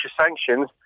sanctions